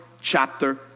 chapter